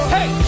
Hey